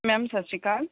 ma'am ਸਤਿ ਸ਼੍ਰੀ ਅਕਾਲ